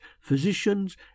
physicians